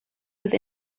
with